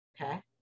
Okay